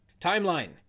Timeline